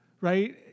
right